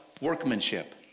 Workmanship